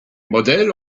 modèles